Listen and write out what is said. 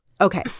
Okay